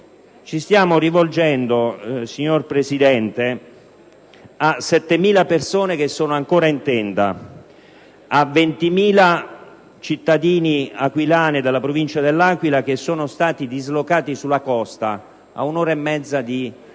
ci stiamo rivolgendo a 7.000 persone che sono ancora in tenda; a 20.000 cittadini aquilani e della Provincia dell'Aquila che sono stati dislocati sulla costa, ad un'ora e mezza di